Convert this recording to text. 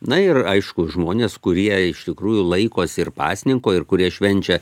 na ir aišku žmonės kurie iš tikrųjų laikosi ir pasninko ir kurie švenčia